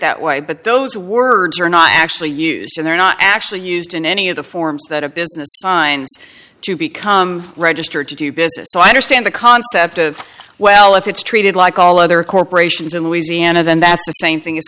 that way but those words are not actually used and they're not actually used in any of the forms that a business signs to become registered to do business so i understand the concept of well if it's treated like all other corporations in louisiana then that's the same thing